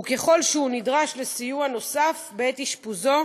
וככל שהוא נדרש לסיוע נוסף בעת אשפוזו,